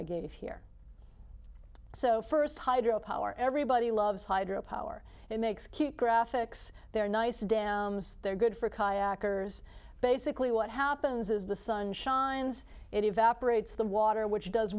i gave here so first hydro power everybody loves hydro power it makes keep graphics they're nice dams they're good for kayakers basically what happens is the sun shines it evaporates the water which does